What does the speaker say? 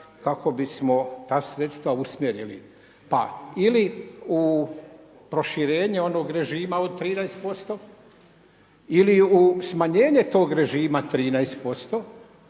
kako bismo ta sredstva usmjerili pa ili u proširenje onog režima od 13% ili u smanjenje tog režima 13%